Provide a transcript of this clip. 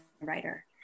writer